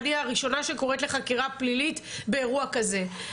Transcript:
אני הראשונה שקוראת לחקירה פלילית באירוע כזה,